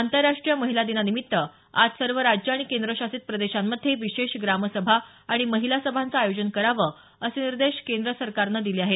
आंतरराष्ट्रीय महिला दिनानिमित्त आज सर्व राज्य आणि केंद्रशासित प्रदेशांमध्ये विशेष ग्रामसभा आणि महिला सभांचं आयोजन करावं असे निर्देश केंद्र सरकारनं दिले आहेत